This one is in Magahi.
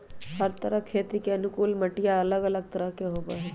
हर तरह खेती के अनुकूल मटिया अलग अलग तरह के होबा हई